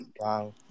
Wow